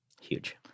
Huge